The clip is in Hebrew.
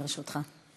לרשותך חמש דקות.